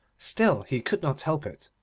still he could not help it,